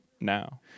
Now